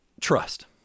trust